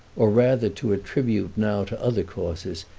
or rather to attribute now to other causes,